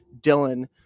Dylan